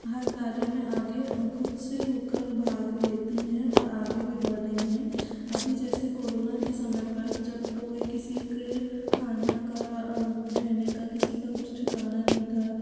हर कार्य में आगे ख़ुद से हो कर भाग लेती हैं और आगे भी बढ़ रही हैं अभी जैसे कोरोना के समय पर जब कोई किसी के खाने का रहने का किसी का कुछ ठिकाना नहीं था